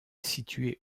situé